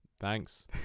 Thanks